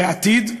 בעתיד,